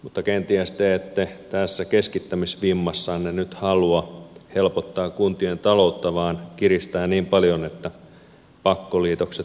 mutta kenties te ette tässä keskittämisvimmassanne nyt halua helpottaa kuntien taloutta vaan kiristää niin paljon että pakkoliitokset syntyvät